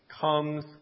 comes